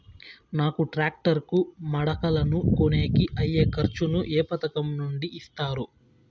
నాకు టాక్టర్ కు మడకలను కొనేకి అయ్యే ఖర్చు ను ఏ పథకం నుండి ఇస్తారు?